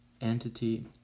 entity